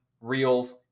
reels